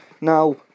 Now